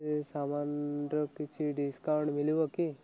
ସେ ସାମାନର କିଛି ଡିସ୍କାଉଣ୍ଟ ମିଳିବ କି